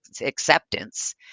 acceptance